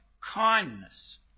kindness